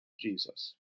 Jesus